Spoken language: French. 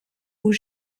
aux